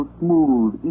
smooth